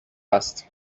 هست